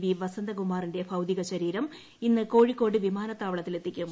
V വസന്തകുമാറിന്റെ ഭൌതിക ശരീരം ഇന്ന് കോഴിക്കോട് വിമാനത്താവളത്തിൽ എത്തിക്കും